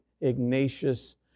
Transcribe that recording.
Ignatius